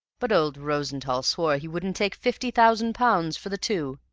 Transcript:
but old rosenthall swore he wouldn't take fifty thousand pounds for the two,